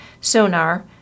Sonar